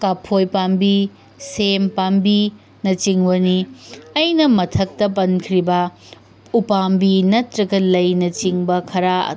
ꯀꯐꯣꯏ ꯄꯥꯝꯕꯤ ꯁꯦꯝ ꯄꯥꯝꯕꯤꯅꯆꯤꯡꯕꯅꯤ ꯑꯩꯅ ꯃꯊꯛꯇ ꯄꯟꯈ꯭ꯔꯤꯕ ꯎ ꯄꯥꯝꯕꯤ ꯅꯠꯇ꯭ꯔꯒ ꯂꯩꯅ ꯆꯤꯡꯕ ꯈꯔ